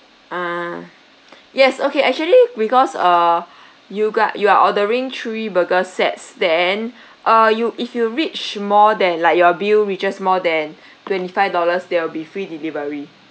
ah yes okay actually because err you got you are ordering three burger sets then err you if you reach more than like your bill reaches more than twenty five dollars there'll be free delivery